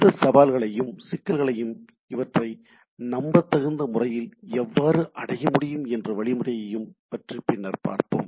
இந்த சவால்களையும் சிக்கல்களையும் இவற்றை நம்பத் தகுந்த முறையில் எவ்வாறு அடைய முடியும் என்ற வழிமுறைகளையும் பற்றி பின்னர் பார்ப்போம்